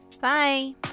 bye